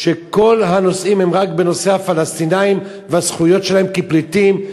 וכל הנושאים הם רק בנושא הפלסטינים והזכויות שלהם כפליטים,